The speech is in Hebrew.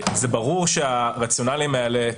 זה ברור שהרציונליים האלה חלים,